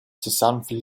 sesanfla